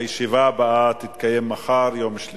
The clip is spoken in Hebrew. טעויות בחוק המדיניות הכלכלית לשנים 2011 ו-2012 (תיקוני חקיקה),